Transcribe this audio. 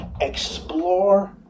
Explore